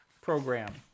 program